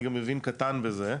אני גם מבין קטן בזה,